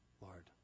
Lord